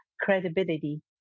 credibility